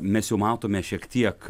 mes jau matome šiek tiek